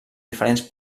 diferents